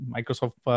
Microsoft